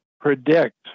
predict